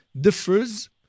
differs